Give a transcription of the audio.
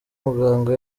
muganga